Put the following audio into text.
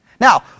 Now